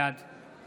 בעד